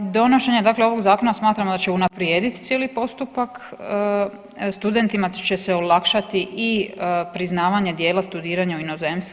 Donošenje dakle ovog zakona smatramo da će unaprijedit cijeli postupak, studentima će se olakšati i priznavanje dijela studiranja u inozemstvu.